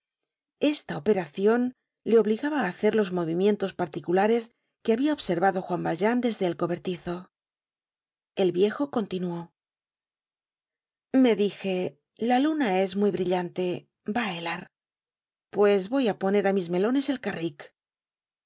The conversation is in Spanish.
esta operacion le obligaba á hacer los movimientos particulares que habia observado juan valjean desde el cobertizo el viejo continuó me dije la luna es muy brillante va á helar pues voy á poner á mis melones el carrik